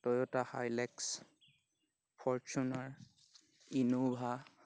Toyota Hilux Fortuner Innova